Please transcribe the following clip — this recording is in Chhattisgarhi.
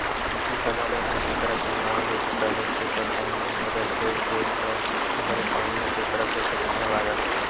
किसनहा मन ह केंकरा के नांव लेके काहेच के परसान रहिथे खेत म भरे पानी ह केंकरा के सेती भगा जाथे